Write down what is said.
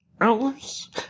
hours